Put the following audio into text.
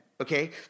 okay